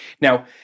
Now